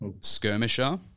Skirmisher